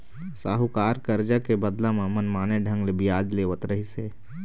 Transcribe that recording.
साहूकार करजा के बदला म मनमाने ढंग ले बियाज लेवत रहिस हे